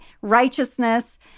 righteousness